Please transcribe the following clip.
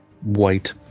white